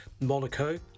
Monaco